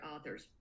authors